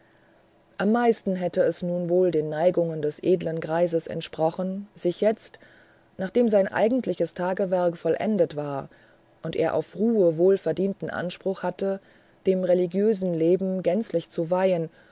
am meisten hätte es nun wohl den neigungen des edlen greises entsprochen sich jetzt nachdem sein eigentliches tagewerk vollendet war und er auf ruhe wohlverdienten anspruch hatte dem religiösen leben gänzlich zu weihen